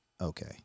Okay